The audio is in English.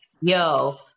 yo